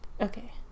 Okay